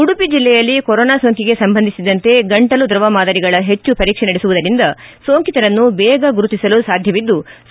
ಉಡುಪಿ ಜಿಲ್ಲೆಯಲ್ಲಿ ಕೊರೊನಾ ಸೋಂಕಿಗೆ ಸಂಬಂಧಿಸಿದಂತೆ ಗಂಟಲು ದ್ರವ ಮಾದರಿಗಳ ಹೆಚ್ಚು ಪರೀಕ್ಷೆ ನಡೆಸುವುದರಿಂದ ಸೋಂಕಿತರನ್ನು ಬೇಗ ಗುರುತಿಸಲು ಸಾಧ್ಯವಿದ್ಲು